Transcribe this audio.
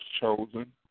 chosen